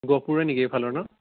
গহপুৰে নেকি এইফালৰ ন